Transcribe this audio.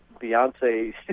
beyonce